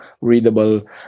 readable